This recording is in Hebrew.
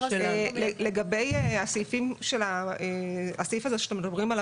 לגבי הסעיף הזה עליו אתם מדברים,